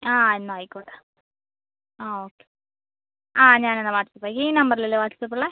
ആ എന്നാൽ ആയിക്കോട്ടെ ആ ഓകെ ആ ഞാനെന്നാൽ വാട്ട്സ്ആപ്പ് ചെയ്യാം ഈ നമ്പരില് അല്ലേ വാട്ട്സ്ആപ്പ് ഉള്ളത്